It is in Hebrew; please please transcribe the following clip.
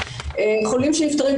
יש חולים שנפטרים,